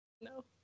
No